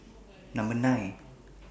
Number nine